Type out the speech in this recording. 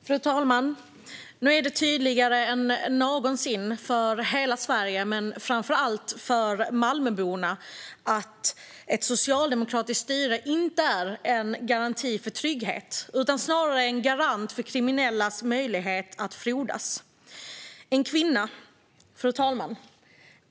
Fru talman! Nu är det tydligare än någonsin för hela Sverige, men framför allt för Malmöborna, att ett socialdemokratiskt styre inte är en garant för trygghet utan snarare en garant för kriminellas möjlighet att frodas. Fru talman!